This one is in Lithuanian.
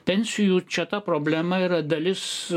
pensijų čia ta problema yra dalis